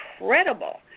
incredible